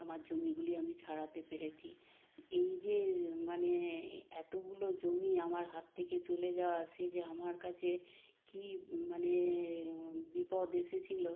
আমার জমিগুলি আমি ছাড়াতে পেরেছি এই যে মানে এতোগুলো জমি আমার হাত থেকে চলে যাওয়া সে যে আমার কাছে কী মানে বিপদ এসেছিলো